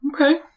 okay